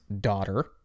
daughter